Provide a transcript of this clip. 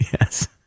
Yes